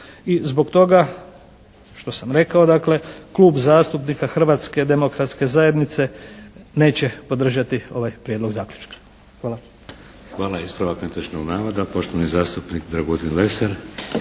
I zbog toga što sam rekao dakle Klub zastupnika Hrvatske demokratske zajednice neće podržati ovaj prijedlog zaključka. Hvala. **Šeks, Vladimir (HDZ)** Hvala. Ispravak netočnog navoda poštovani zastupnik Dragutin Lesar.